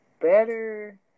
better